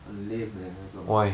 很 lame leh 那个